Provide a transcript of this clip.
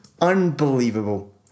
unbelievable